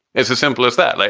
it's as simple as that. like